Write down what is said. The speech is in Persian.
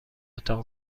اتاق